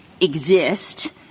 exist